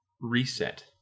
reset